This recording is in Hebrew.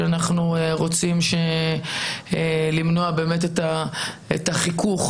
שאנחנו רוצים למנוע באמת את החיכוך